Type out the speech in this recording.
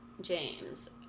james